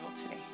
today